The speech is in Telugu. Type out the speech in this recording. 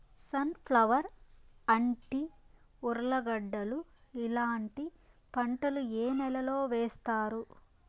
సన్ ఫ్లవర్, అంటి, ఉర్లగడ్డలు ఇలాంటి పంటలు ఏ నెలలో వేస్తారు?